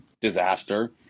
Disaster